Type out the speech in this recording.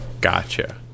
Gotcha